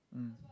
mm